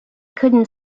couldn’t